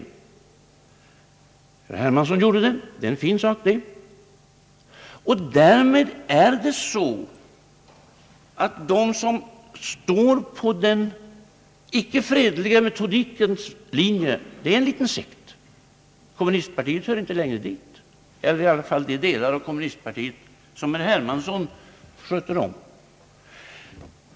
Herr Hermansson gör detta, och det är en fin sak. Alltså är de som står på den icke fredliga metodikens linje en liten sekt. Kommunistpartiet hör inte längre dit — eller i varje fall de delar av kommunistpartiet som herr Hermansson svarar för.